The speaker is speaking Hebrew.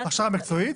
מקצועית,